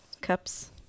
cups